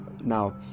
now